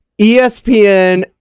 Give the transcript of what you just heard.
ESPN